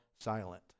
silent